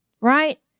Right